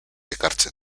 ekartzen